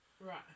Right